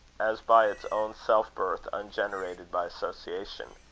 as by its own self-birth, ungenerated by association.